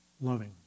loving